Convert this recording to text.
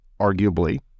Arguably